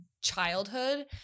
childhood